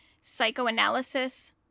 psychoanalysis